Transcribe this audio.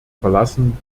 verlassen